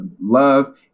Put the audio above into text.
love